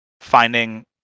finding